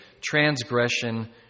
transgression